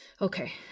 okay